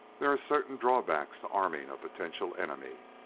there are certain drawbacks to arming a potential enemy.